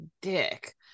dick